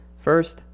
First